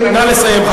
נא לסיים,